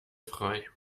frei